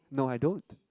no I don't